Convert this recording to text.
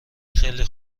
خیلی